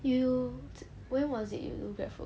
you when was it you do grab food